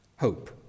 hope